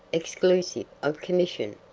exclusive of commission,